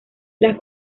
las